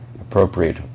appropriate